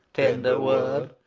tender word,